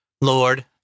Lord